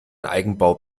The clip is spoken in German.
eigenbau